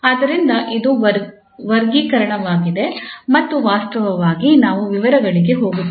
ಆದ್ದರಿಂದ ಇದು ವರ್ಗೀಕರಣವಾಗಿದೆ ಮತ್ತು ವಾಸ್ತವವಾಗಿ ನಾವು ವಿವರಗಳಿಗೆ ಹೋಗುತ್ತೇವೆ